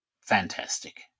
fantastic